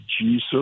Jesus